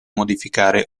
modificare